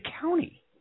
county